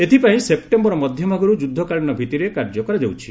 ଏଥିପାଇଁ ସେପ୍ଟେମ୍ବର ମଧ୍ୟଭାଗରୁ ଯୁଦ୍ଧକାଳୀନ ଭିତ୍ତିରେ କାର୍ଯ୍ୟ କରାଯାଉଛି